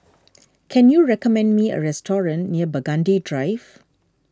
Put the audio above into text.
can you recommend me a restaurant near Burgundy Drive